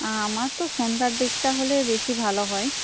আমার তো সন্ধ্যার দিকটা হলে বেশি ভালো হয়